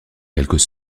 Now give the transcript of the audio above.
quelques